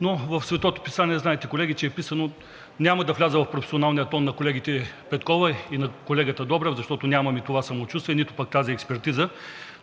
Но в Светото Писание, знаете, колеги, че е вписано, няма да вляза в професионалния тон на колегите Петкова и на колегата Добрев, защото нямам и това самочувствие, нито пък тази експертиза,